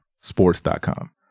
sports.com